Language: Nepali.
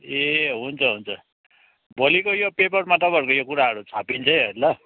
ए हुन्छ हुन्छ भोलिको यो पेपरमा तपाईँहरूको यो कुराहरू छापिन्छ है ल